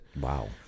Wow